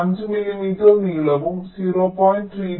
5 millimetre നീളവും 0